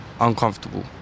Uncomfortable